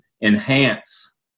enhance